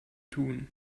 tun